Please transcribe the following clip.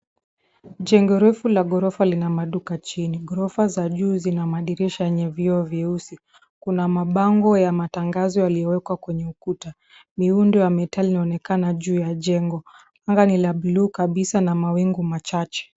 Jengo refu la ghorofa lina maduka chini. Ghorofa za juu zina madirisha yenye vioo vyeusi. Kuna mabango ya matangazo yaliyowekwa kwenye ukuta, miundo ya mitali inaonekana juu ya jengo. Anga la blue kabisa na mawingu machache